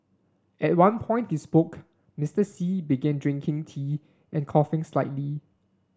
at one point he spoke Mister Xi began drinking tea and coughing slightly